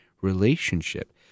relationship